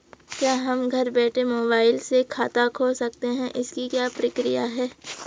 क्या हम घर बैठे मोबाइल से खाता खोल सकते हैं इसकी क्या प्रक्रिया है?